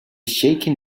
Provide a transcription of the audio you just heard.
shaking